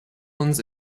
uns